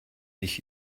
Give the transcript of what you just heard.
ich